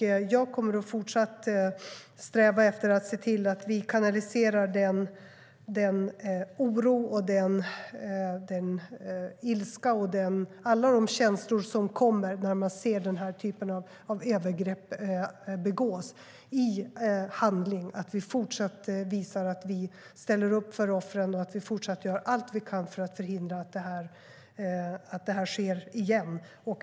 Jag kommer även i fortsättningen att sträva efter att se till att vi i handling kanaliserar den oro och ilska och alla de känslor som uppkommer när vi ser denna typ av övergrepp begås. Vi måste fortsätta att visa att vi ställer upp för offren och göra allt vi kan för att förhindra att det sker igen.